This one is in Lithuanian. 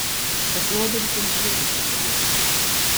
tas lodorius amžinai viską pamiršta